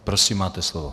Prosím, máte slovo.